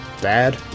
dad